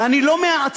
ואני לא מהעצלים,